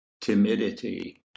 Timidity